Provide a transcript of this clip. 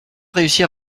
réussir